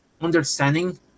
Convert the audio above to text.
understanding